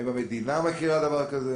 האם המדינה מכירה את זה?